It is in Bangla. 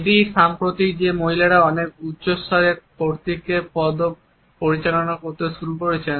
এটি সাম্প্রতিক যে মহিলারা অনেক উচ্চ স্তরে কর্তৃত্বের পদ পরিচালনা করতে শুরু করেছেন